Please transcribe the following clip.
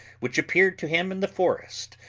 which appeared to him in the forest,